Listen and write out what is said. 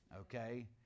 Okay